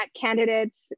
candidates